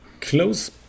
Close